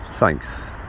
Thanks